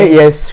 yes